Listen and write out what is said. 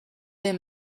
their